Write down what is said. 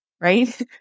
right